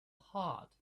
hot